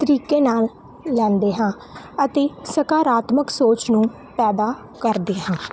ਤਰੀਕੇ ਨਾਲ ਲੈਂਦੇ ਹਾਂ ਅਤੇ ਸਕਾਰਾਤਮਕ ਸੋਚ ਨੂੰ ਪੈਦਾ ਕਰਦੇ ਹਾਂ